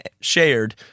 shared